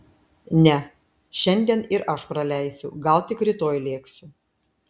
ne šiandien ir aš praleisiu gal tik rytoj lėksiu